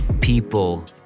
people